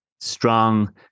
strong